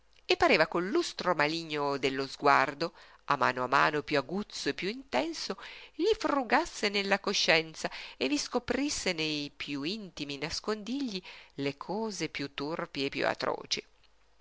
e pareva col lustro maligno dello sguardo a mano a mano piú aguzzo e piú intenso gli frugasse nella coscienza e vi scoprisse nei piú intimi nascondigli le cose piú turpi e piú atroci